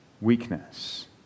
weakness